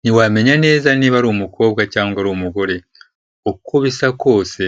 Ntiwamenya neza niba ari umukobwa cyangwa ari umugore, uko bisa kose